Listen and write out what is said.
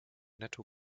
netto